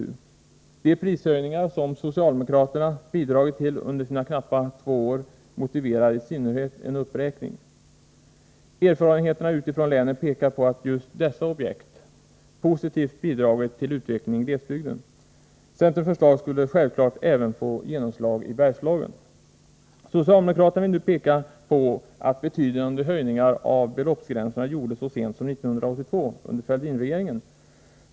I synnerhet de prishöjningar som socialdemokraterna bidragit till under sina knappa två år motiverar en uppräkning. Erfarenheterna utifrån länen pekar på att just dessa objekt positivt bidragit till utvecklingen i glesbygden. Centerns förslag skulle självfallet få genomslag även i Bergslagen. Socialdemokraterna vill nu peka på att betydande höjningar av beloppsgränserna gjordes så sent som år 1982 under Fälldinregeringen.